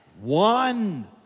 One